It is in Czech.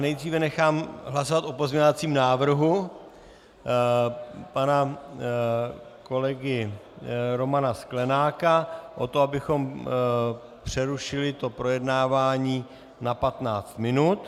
Nejdříve nechám hlasovat o pozměňovacím návrhu pana kolegy Romana Sklenáka o tom, abychom přerušili projednávání na 15 minut.